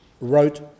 wrote